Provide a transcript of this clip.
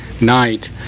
night